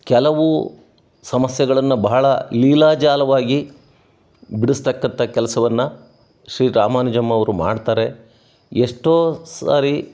ಕೆಲವು ಸಮಸ್ಯೆಗಳನ್ನು ಬಹಳ ಲೀಲಾಜಾಲವಾಗಿ ಬಿಡಿಸ್ತಕ್ಕಂಥ ಕೆಲಸವನ್ನ ಶ್ರೀರಾಮಾನುಜಮ್ ಅವರು ಮಾಡ್ತಾರೆ ಎಷ್ಟೋ ಸಾರಿ